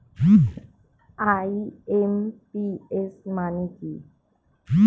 IMPS মানে কি?